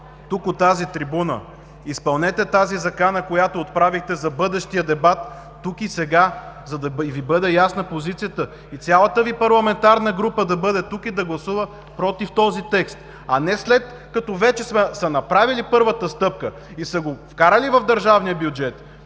тук, от тази трибуна, изпълнете тази закана, която отправихте за бъдещия дебат тук и сега, за да Ви бъде ясна позицията, цялата Ви Парламентарна група да бъде тук и да гласува „против“ този текст. А не вече, след като са направили първата стъпка и са го вкарали в държавния бюджет